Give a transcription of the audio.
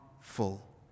full